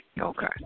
Okay